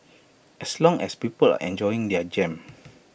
as long as people enjoying their jam